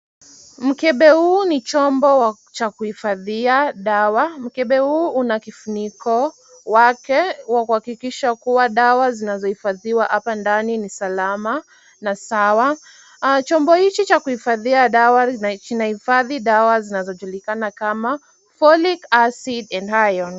Mkebe huu ni chombo cha kuhifadhia dawa, mkebe huu una kifuniko chake kuhakikisha kwamba dawa zinazohifadhiwa hapo ndani ni salama na sawa, chombo hiki cha kuhifadhia dawa kinahifadhi dawa zinazojulikana kama folic acid and iron .